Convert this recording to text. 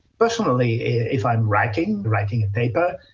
personally, if i'm writing, writing a paper,